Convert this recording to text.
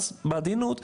אז בעדינות,